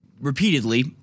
repeatedly